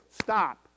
Stop